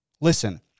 Listen